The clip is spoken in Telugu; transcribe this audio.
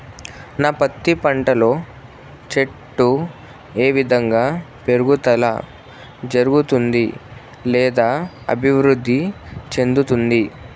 నా పత్తి పంట లో చెట్టు ఏ విధంగా పెరుగుదల జరుగుతుంది లేదా అభివృద్ధి చెందుతుంది?